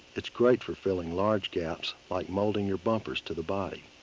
it's great for filling large gaps like molding your bumpers to the body.